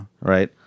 right